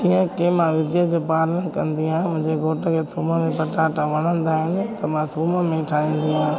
जीअं की मां पालण कंदी आहियां मुंहिंजे घोट खे थूम में पटाटा वणंदा आहिनि त मां थूम में ठाहींदी आहियां